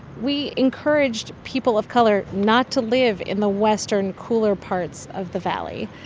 we encouraged people of color not to live in the western, cooler parts of the valley.